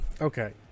Okay